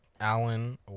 Allen